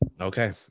Okay